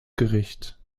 gericht